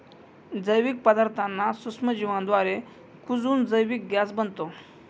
जैविक पदार्थांना सूक्ष्मजीवांद्वारे कुजवून जैविक गॅस बनतो